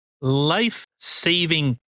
Life-saving